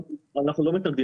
אנחנו לא מסרבים,